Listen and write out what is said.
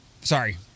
Sorry